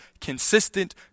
consistent